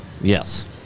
Yes